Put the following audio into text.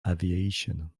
aviation